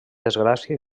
desgràcia